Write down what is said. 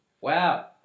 Wow